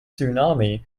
tsunami